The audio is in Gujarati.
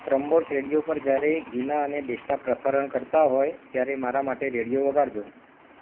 પ્રમ્બોર્સ રેડિયો પર જયારે ગીના અને ડેસ્ટા પ્રસારણ કરતાં હોય ત્યારે મારા માટે રેડિયો વગાડજો